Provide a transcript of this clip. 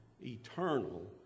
eternal